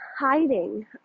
hiding